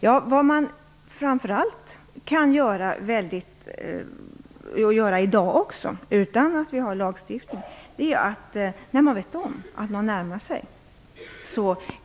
Ja, vad man också i dag kan göra utan lagstiftning är att störa och genomlysa när man vet om att någon närmar sig.